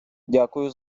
дякую